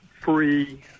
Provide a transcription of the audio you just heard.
free